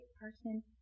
person